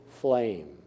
flame